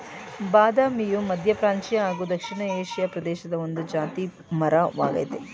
ಬಾದಾಮಿಯು ಮಧ್ಯಪ್ರಾಚ್ಯ ಹಾಗೂ ದಕ್ಷಿಣ ಏಷಿಯಾ ಪ್ರದೇಶದ ಒಂದು ಜಾತಿ ಮರ ವಾಗಯ್ತೆ